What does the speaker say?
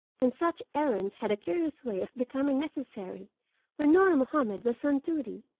and such errands had a curious way of becoming necessary when nur mahomed was on duty.